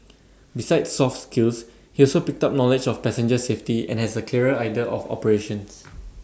besides soft skills he also picked up knowledge of passenger safety and has A clearer idea of operations